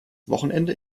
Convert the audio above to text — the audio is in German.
wochenende